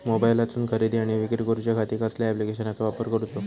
मोबाईलातसून खरेदी आणि विक्री करूच्या खाती कसल्या ॲप्लिकेशनाचो वापर करूचो?